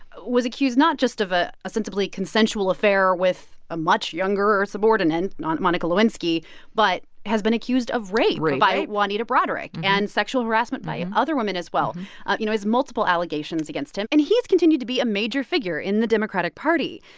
was accused not just of ah a sensibly consensual affair with a much younger subordinate not monica lewinsky but has been accused of rape. rape. by juanita broaddrick and sexual harassment by other women, as well you know, has multiple allegations against him. and he has continued to be a major figure in the democratic party.